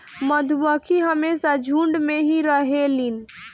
मधुमक्खी हमेशा झुण्ड में ही रहेलीन